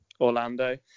Orlando